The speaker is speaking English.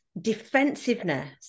defensiveness